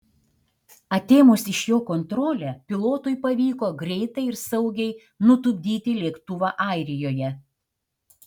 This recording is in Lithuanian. atėmus iš jo kontrolę pilotui pavyko greitai ir saugiai nutupdyti lėktuvą airijoje